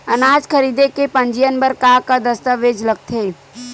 अनाज खरीदे के पंजीयन बर का का दस्तावेज लगथे?